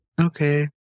okay